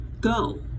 go